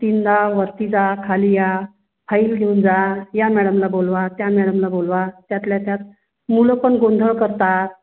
तीनदा वरती जा खाली या फाईल घेऊन जा या मॅडमना बोलवा त्या मॅडमना बोलवा त्यातल्या त्यात मुलं पण गोंधळ करतात